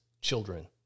children